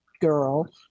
girl